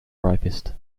ripest